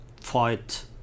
fight